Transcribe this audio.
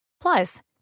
Plus